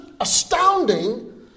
astounding